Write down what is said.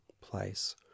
place